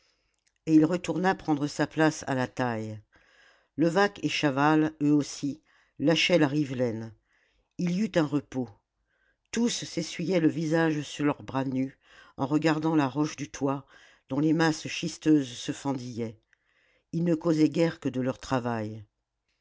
et il retourna prendre sa place à la taille levaque et chaval eux aussi lâchaient la rivelaine il y eut un repos tous s'essuyaient le visage sur leurs bras nus en regardant la roche du toit dont les masses schisteuses se fendillaient ils ne causaient guère que de leur travail